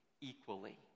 equally